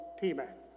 T-Mac